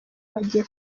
bagiye